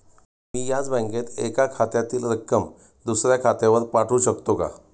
मी याच बँकेत एका खात्यातील रक्कम दुसऱ्या खात्यावर पाठवू शकते का?